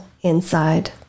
inside